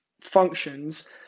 functions